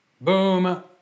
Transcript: Boom